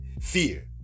Fear